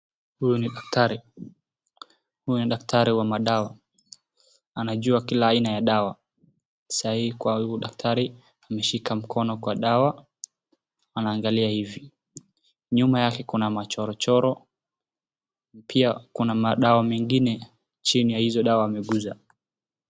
Huyu ni daktari, huyu ni dakitari wa madawa. Anajua kila aina ya dawa. Saa hii kwa huyu daktari ameshika mkono kwa dawa. Anaangalia hivi. Nyuma yake kuna machorochoro. Pia kuna madawa mengine chini ya hizo dawa ameguza.